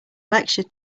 lecture